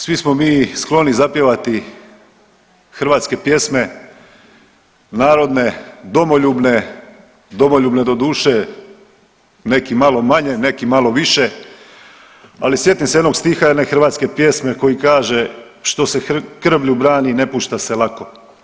Svi smo mi skloni zapjevati hrvatske pjesme, narodne, domoljubne, domoljubne doduše neki malo manje, neki malo više, ali sjetim se jednog stiha jedne hrvatske pjesme koji kaže „što se krvlju brani ne pušta se lako“